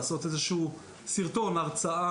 לעשות איזה סרטון או הרצאה.